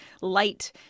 light